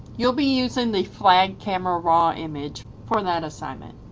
you'll be using the flag camera raw image for that assignment.